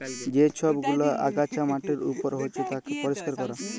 যে সব গুলা আগাছা মাটির উপর হচ্যে তাকে পরিষ্কার ক্যরা